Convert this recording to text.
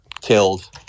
killed